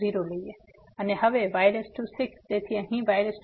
અને હવે y6 તેથી અહીં y6y6 અને y23